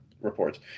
reports